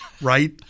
right